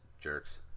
Jerks